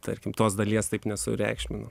tarkim tos dalies taip nesureikšminu